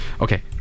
okay